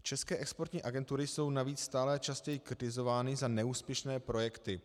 České exportní agentury jsou navíc stále častěji kritizovány za neúspěšné projekty.